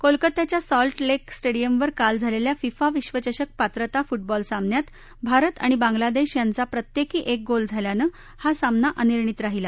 कोलकत्याच्या salt lake स्टेडिअमवर काल झालेल्या फिफा विश्वचषक पात्रता फुटबॉल सामन्यात भारत आणि बांगलादेश यांचा प्रत्येकी एक गोल झाल्यानं हा सामना अनिर्णित राहीला